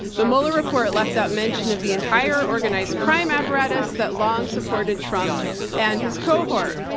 the mueller report left out mention of the entire organized crime apparatus that long supported trump and his cohort.